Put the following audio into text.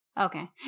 Okay